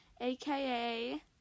aka